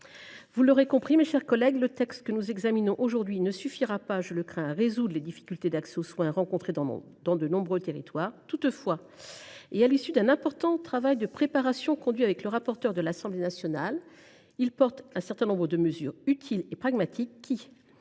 Vous l’aurez compris, mes chers collègues, le texte que nous examinons aujourd’hui ne suffira pas, je le crains, à résoudre les difficultés d’accès aux soins rencontrées dans de nombreux territoires. Toutefois, et à l’issue d’un important travail de préparation conduit avec le rapporteur de l’Assemblée nationale, il porte un certain nombre de mesures utiles et pragmatiques, qui,